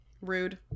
rude